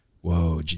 Whoa